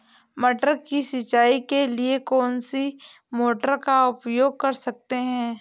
मटर की सिंचाई के लिए कौन सी मोटर का उपयोग कर सकते हैं?